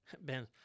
Ben